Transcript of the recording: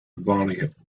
vonnegut